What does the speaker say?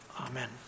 Amen